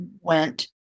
went